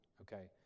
okay